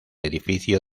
edificio